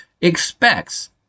expects